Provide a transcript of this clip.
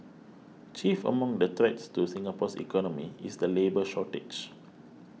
chief among the threats to Singapore's economy is the labour shortage